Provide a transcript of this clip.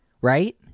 right